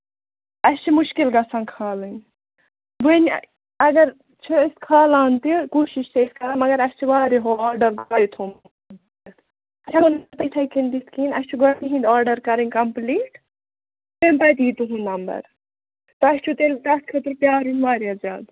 اَسہِ چھُ مُشکِل گژھان کھالٕنۍ وۅںۍ اَگر چھِ أسۍ کھالان تہِ کوٗشِش تہِ أسۍ کران مَگر اَسہِ چھُ واریاہ ہُہ آرڈر تۄہہِ تھوٚومُت چلو یِتھٕے کٔنۍ تِتھٕ کٔنۍ اَسہِ چھِ گۄڈٕ تِہٕنٛدۍ آرڈر کَرٕنۍ کَمپٔلیٖٹ تَمہِ پَتہٕ یِیہِ تُہُنٛد نَمبر تۄہہِ چھُو تیٚلہِ تَتھ خٲطرٕ پرٛارُن واریاہ زیادٕ